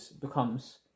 becomes